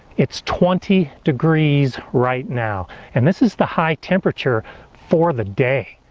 it's twenty degrees right now and this is the high temperature for the day.